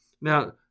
Now